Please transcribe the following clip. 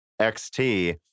XT